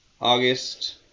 August